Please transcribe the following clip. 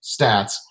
stats